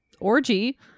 orgy